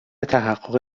تحقق